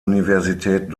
universität